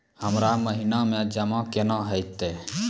हमरा महिना मे जमा केना हेतै?